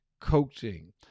coaching